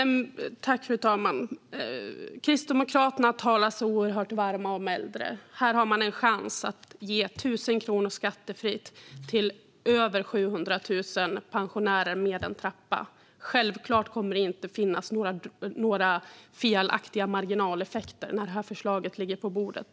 Fru talman! Kristdemokraterna talar oerhört varmt om de äldre. Här har man en chans att ge 1 000 kronor skattefritt till över 700 000 pensionärer med en trappa. Självklart kommer det inte att finnas några felaktiga marginaleffekter när förslaget ligger på bordet.